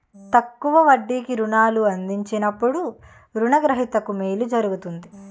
తక్కువ వడ్డీకి రుణాలు అందించినప్పుడు రుణ గ్రహీతకు మేలు జరుగుతుంది